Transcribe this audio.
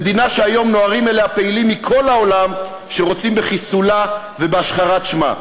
למדינה שהיום נוהרים אליה פעילים מכל העולם שרוצים בחיסולה ובהשחרת שמה?